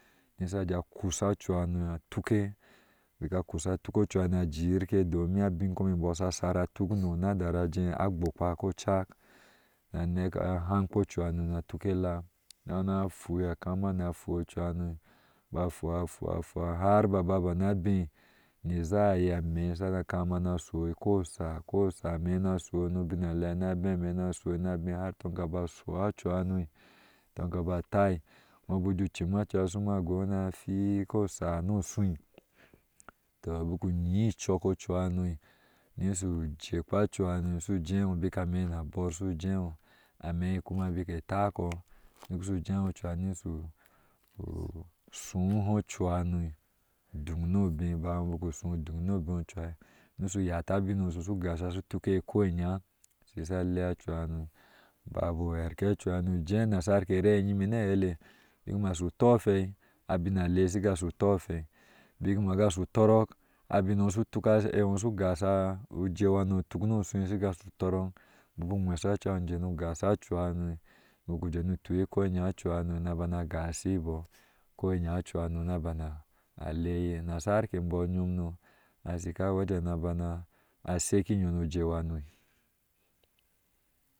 Nisha a hee a kusa cuubano a tuke boca kusa a tuke cuha na joke domin abin bom e ombɔɔ sha shar a tuk hano na taraajee a gbokpa kocak na maak a hamke wha na ala nana atfun a kama na fua a cuha ho a fua ba fua har a ba na bai na zaye ameh shaga kama na shui kosa kosa mehna su nu bin alea na bai a meh na sua na bai har ga toŋgaba cuhono, toŋ toŋ ga ba tai ao guje awa cuha shuma go na ka sa no su, tɔ bik u yi icok ocuhana nishu jekpa ocuhano shu jewo bik ameh nabor she jewo ameh koma bik a taɔo su jewo cewa nishu suhe cuhano duŋ no bee bon u doŋ no bee nishu yata shu gosha shu tukihe ko inyaa shihsa lea cuhana. Babu harke cuhanu je. Nasarke re yime na asile bik mashu tɔfai abin nashaga shu tɔɔfai bik ma ga shu torɔk, abin ewɔɔ shu tuka awɔɔ shu gasha ujeu hano tuk inya gashibɔɔ ko inya cuhano abana, lea eye nasarke imbɔɔ yomnu ashika wejen nosak inyano ujeu hano